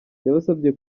yabasabye